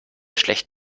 schlecht